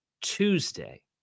Tuesday